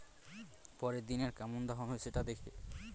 পরের দিনের কেমন দাম হবে, সেটা দেখে